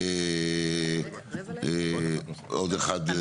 עוד אחד.